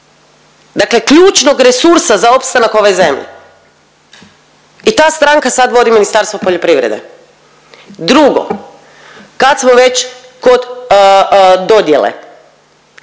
dakle ključnog resursa za opstanak ove zemlje i ta stranka sad vodi Ministarstvo poljoprivrede. Drugo, kad smo već kod dodjele